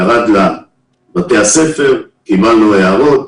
זה ירד לבתי הספר, קבלנו הערות.